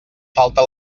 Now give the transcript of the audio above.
falta